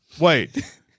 wait